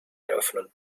eröffnen